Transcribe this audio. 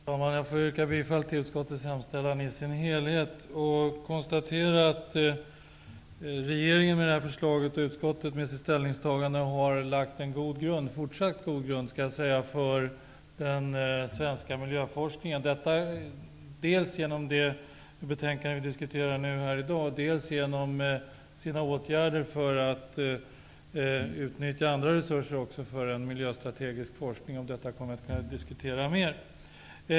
Herr talman! Jag yrkar bifall till utskottets hemställan i dess helhet och konstaterar att regeringen med sitt förslag och utskottet med sitt ställningstagande har lagt en fortsatt god grund för den svenska miljöforskningen. Det gäller inte bara för förslagen i det betänkande som vi diskuterar nu i dag, utan också åtgärder som vidtas för utnyttjande av andra resurser för en miljöstrategisk forskning. Om detta kan vi diskutera mer.